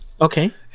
Okay